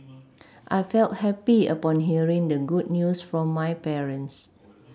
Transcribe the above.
I felt happy upon hearing the good news from my parents